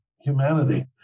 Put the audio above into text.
humanity